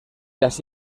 las